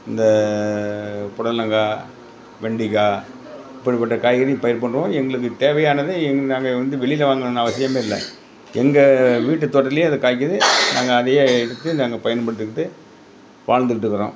இந்த புடலங்காய் வெண்டைக்கா அப்படிப்பட்ட காய்கறி பயிர் பண்ணுறோம் எங்களுக்கு தேவையானதை எங் நாங்கள் வந்து வெளியில் வாங்கணும்னு அவசியம் இல்லை எங்கள் வீட்டு தோட்டத்திலே அது காய்க்குது நாங்கள் அதையே எடுத்து நாங்கள் பயன்படுத்திக்கிட்டு வாழ்ந்துட்டுக்குறோம்